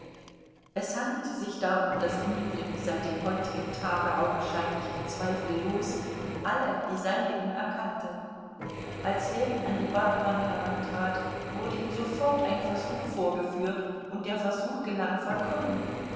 es handelte sich darum daß dmitri seit dem heutigen tage augenscheinlich und zweifellos alle die seinigen erkannte als ljewin an die badewanne herantrat wurde ihm sofort ein versuch vorgeführt und der versuch gelang vollkommen